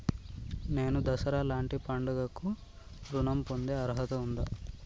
నేను దసరా లాంటి పండుగ కు ఋణం పొందే అర్హత ఉందా?